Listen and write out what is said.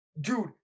Dude